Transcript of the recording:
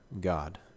God